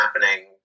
happening